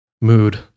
mood